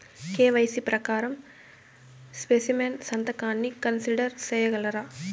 KYC ప్రకారం specimen సంతకాన్ని consider సేయగలరా?